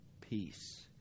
peace